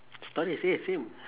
stories eh same